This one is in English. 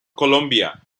colombia